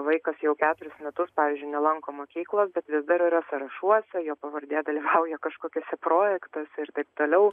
vaikas jau keturis metus pavyzdžiui nelanko mokyklos bet vis dar yra sąrašuose jo pavardė dalyvauja kažkokiose projektuose ir taip toliau